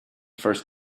first